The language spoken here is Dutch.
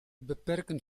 beperken